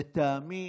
לטעמי,